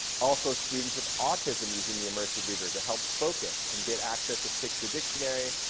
also students with autism using the immersive reader to help focus and get access with picture dictionary,